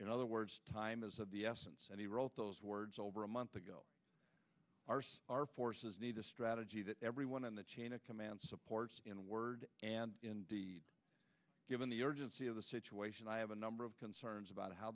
in other words time is of the essence and he wrote those words over a month ago our forces need a strategy that everyone in the chain of command supports in word and indeed given the urgency of the situation i have a number of concerns about how